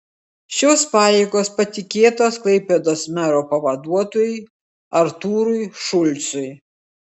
šios pareigos patikėtos klaipėdos mero pavaduotojui artūrui šulcui